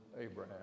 Abraham